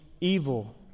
evil